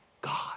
God